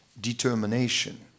determination